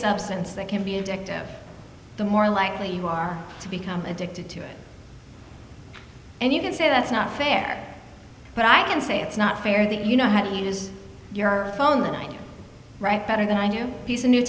substance that can be addictive the more likely you are to become addicted to it and you can say that's not fair but i can say it's not fair that you know how to use your phone that i write better than i do